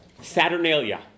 Saturnalia